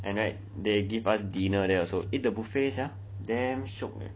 and right they give us dinner there also eat the buffet sia damn shiok